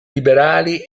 liberali